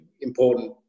important